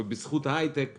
ובזכות ההייטק התאוששו.